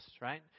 right